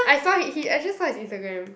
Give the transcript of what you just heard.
I saw he he I just saw his Instagram